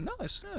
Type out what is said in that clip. nice